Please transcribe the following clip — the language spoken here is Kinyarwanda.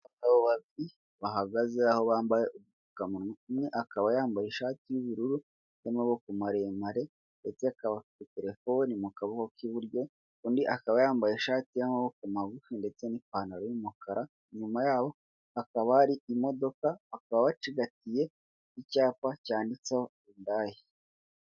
Abagabo bahagaze aho bambaye udupfumunwa, umwe akaba yambaye ishati y'ubururu y'amaboko maremare ndetse akaba afite telefoni mu kabokoko k'iburyo, undi akaba yambaye ishati y'amaboko magufi ndetse n'ipantaro y'umukara, inyuma yabo hakaba hari imodoka, bakaba bacigatiye icyapa cyanditseho Yundayi.